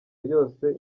yose